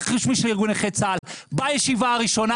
רשמי של ארגון נכי צה"ל בישיבה הראשונה.